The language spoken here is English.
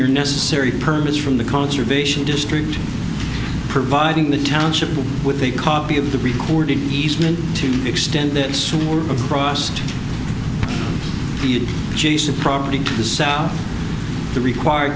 your necessary permits from the conservation district providing the township with a copy of the recording easement to extend this across the property to the south the required